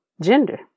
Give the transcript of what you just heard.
gender